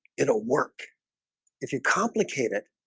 it'll work if you complicate it